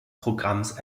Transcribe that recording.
programms